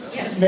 Yes